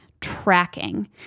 Tracking